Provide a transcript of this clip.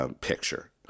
Picture